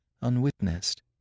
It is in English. unwitnessed